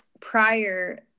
prior